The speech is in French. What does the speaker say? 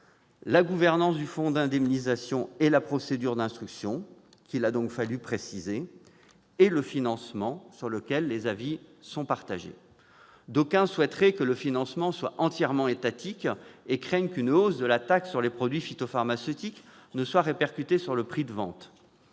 la gouvernance du fonds d'indemnisation et la procédure d'instruction, qu'il a donc fallu préciser ; d'autre part, le financement, sur lequel les avis sont partagés. D'aucuns souhaiteraient que le financement soit entièrement étatique et craignent qu'une hausse de la taxe sur les produits phytopharmaceutiques ne soit répercutée sur le prix de vente.